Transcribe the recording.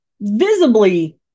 visibly